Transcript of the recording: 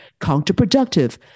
counterproductive